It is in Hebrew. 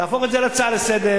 להפוך את זה להצעה לסדר-היום.